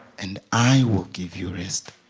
and i will give you rest